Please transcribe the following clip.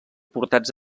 portats